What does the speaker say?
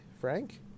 Frank